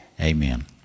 Amen